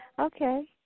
okay